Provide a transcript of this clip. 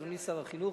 אדוני שר החינוך,